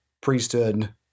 priesthood